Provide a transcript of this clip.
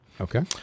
Okay